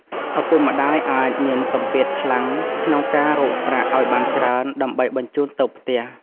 ឪពុកម្ដាយអាចមានសម្ពាធខ្លាំងក្នុងការរកប្រាក់ឱ្យបានច្រើន ដើម្បីបញ្ជូនទៅផ្ទះ។